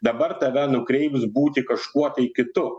dabar tave nukreips būti kažkuo kitu